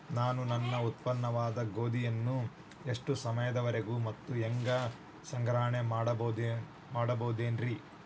ನಾನು ನನ್ನ ಉತ್ಪನ್ನವಾದ ಗೋಧಿಯನ್ನ ಎಷ್ಟು ಸಮಯದವರೆಗೆ ಮತ್ತ ಹ್ಯಾಂಗ ಸಂಗ್ರಹಣೆ ಮಾಡಬಹುದುರೇ?